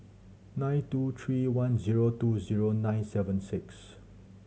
nine two three one zero two zero nine seven six